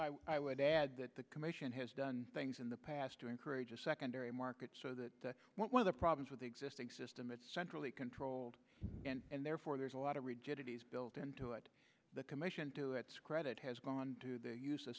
field i would add that the commission has done things in the past to encourage a secondary market so that one of the problems with the existing system it's centrally controlled and therefore there's a lot of rigidities built into it the commission to its credit has gone to the use